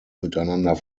miteinander